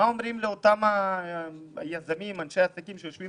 מה אומרים לאותם יזמים ואנשי עסקים שיושבים